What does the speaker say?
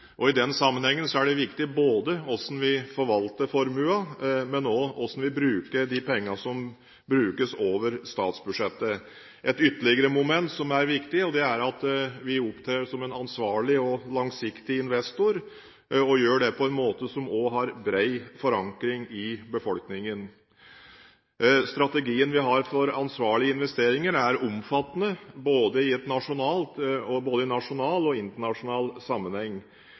vegne av den norske befolkningen, og i den sammenheng er det viktig både hvordan vi forvalter formuen og hvordan vi bruker de pengene som brukes over statsbudsjettet. Et annet viktig moment er at vi opptrer som en ansvarlig og langsiktig investor og gjør dette på en måte som også har bred forankring i befolkningen. Strategien vi har for ansvarlige investeringer, er omfattende, både i nasjonal og internasjonal sammenheng.